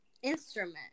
Instrument